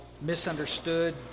misunderstood